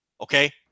Okay